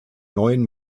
neuen